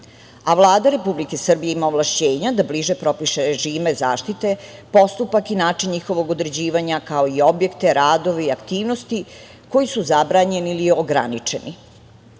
a Vlada Republike Srbije ima ovlašćenja da bliže propiše režime zaštite, postupak i način njihovog određivanja, kao i objekte, radove i aktivnosti koji su zabranjeni ili ograničeni. Oblast